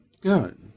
Good